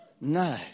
no